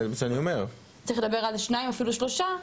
צריך לדבר על שניים ואפילו שלושה,